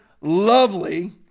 lovely